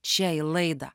čia į laidą